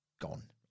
gone